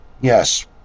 Yes